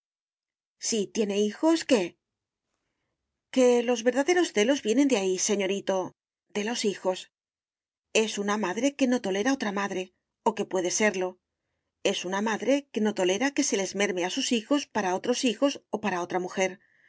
si tiene hijos qué que los verdaderos celos vienen de ahí señorito de los hijos es una madre que no tolera otra madre o que puede serlo es una madre que no tolera que se les merme a sus hijos para otros hijos o para otra mujer